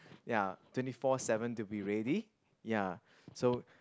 ya twenty four seven to be ready ya so